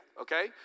okay